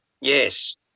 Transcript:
Yes